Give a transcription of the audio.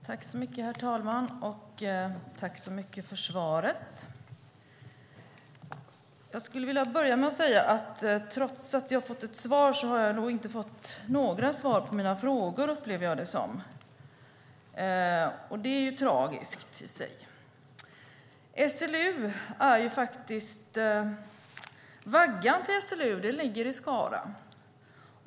Herr talman! Jag tackar för svaret. Jag skulle dock vilja börja med att säga att jag trots att jag har fått ett svar nog inte upplever att jag har fått några svar på mina frågor. Det är tragiskt. Vaggan till SLU ligger i Skara.